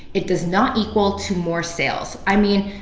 it does not equal to more sales. i mean,